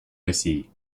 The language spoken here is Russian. россии